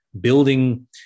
building